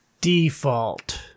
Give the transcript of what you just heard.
Default